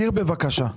תסביר בבקשה.